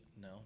No